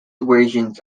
versions